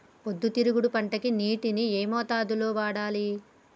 పొద్దుతిరుగుడు పంటకి నీటిని ఏ మోతాదు లో వాడాలి?